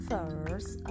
First